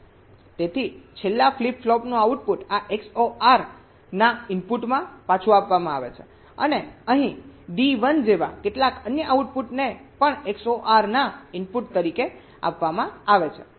તેથી છેલ્લા ફ્લિપ ફ્લોપનું આઉટપુટ આ XOR ના ઇનપુટમાં પાછું આપવામાં આવે છે અને અહીં D1 જેવા કેટલાક અન્ય આઉટપુટને પણ XOR ના ઇનપુટ તરીકે આપવામાં આવે છે